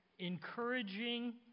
encouraging